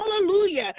hallelujah